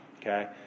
okay